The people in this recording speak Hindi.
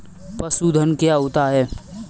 पशुधन क्या होता है?